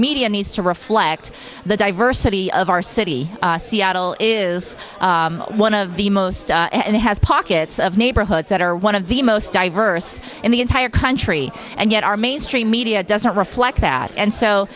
media needs to reflect the diversity of our city seattle is one of the most and has pockets of neighborhoods that are one of the most diverse in the entire country and yet our mainstream media doesn't reflect that and so